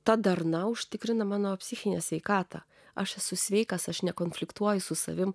ta darna užtikrina mano psichinę sveikatą aš esu sveikas aš nekonfliktuoju su savimi